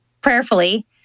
prayerfully